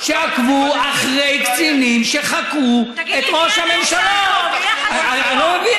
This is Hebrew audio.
אחת מהשתיים: עקבו אחרי קצינים במשטרה, יודע את